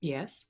Yes